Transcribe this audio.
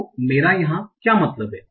तो मैंरा यहा क्या मतलब हैं